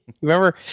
Remember